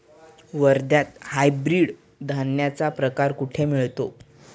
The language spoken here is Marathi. वर्ध्यात हायब्रिड धान्याचा प्रकार कुठे मिळतो?